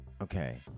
Okay